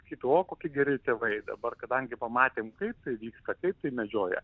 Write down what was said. sakytų o kokie geri tėvai dabar kadangi pamatėm kaip tai vyksta kaip tai medžioja